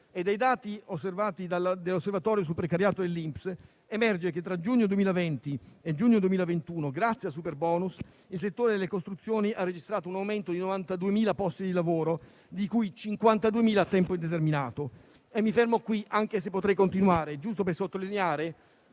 e, dai dati osservati dall'Osservatorio sul precariato dell'INPS, emerge che tra giugno 2020 e giugno 2021, grazie al superbonus, il settore delle costruzioni ha registrato un aumento di 92.000 posti di lavoro, di cui 52.000 a tempo indeterminato. Mi fermo qui, anche se potrei continuare, giusto per sottolineare